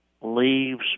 leaves